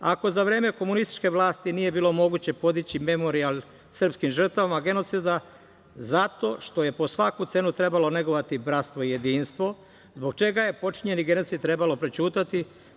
Ako za vreme komunističke vlasti nije bilo moguće podići memorijal srpskim žrtvama genocida, zato što je po svaku cenu trebalo negovati bratstvo i jedinstvo, zbog čega je počinjeni genocid trebalo prećutati?